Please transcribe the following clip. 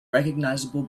recognizable